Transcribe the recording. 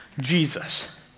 Jesus